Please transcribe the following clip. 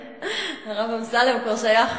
הרב אמסלם כבר שייך,